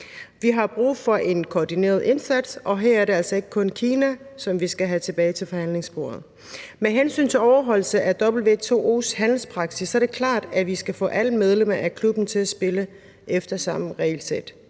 Vi har brug for en koordineret indsats, og her er det altså ikke kun Kina, som vi skal have tilbage til forhandlingsbordet. Med hensyn til overholdelse af WTO's handelspraksis er det klart, at vi skal få alle medlemmer af klubben til at spille efter samme regelsæt.